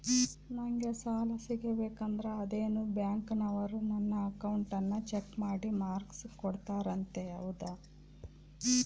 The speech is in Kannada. ನಂಗೆ ಸಾಲ ಸಿಗಬೇಕಂದರ ಅದೇನೋ ಬ್ಯಾಂಕನವರು ನನ್ನ ಅಕೌಂಟನ್ನ ಚೆಕ್ ಮಾಡಿ ಮಾರ್ಕ್ಸ್ ಕೋಡ್ತಾರಂತೆ ಹೌದಾ?